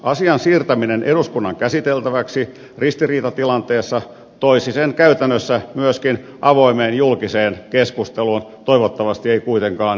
asian siirtäminen eduskunnan käsiteltäväksi ristiriitatilanteessa toisi sen käytännössä myöskin avoimeen julkiseen keskusteluun toivottavasti ei kuitenkaan riitelyyn